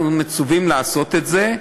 אנחנו מצווים לעשות את זה,